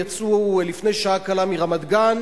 יצאו לפני שעה קלה מרמת-גן,